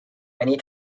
many